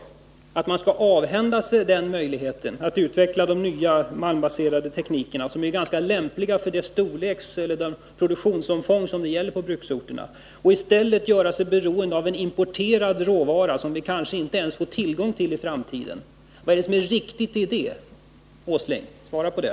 Är det att man skall avhända sig möjligheten att utveckla de nya malmbaserade teknikerna, som är ganska lämpliga för det produktionsomfång som gäller på bruksorterna, och i stället göra sig beroende av en importerad råvara, som vi kanske inte ens får tillgång till i framtiden? Vad är det som är riktigt i det, Nils Åsling? Svara på det!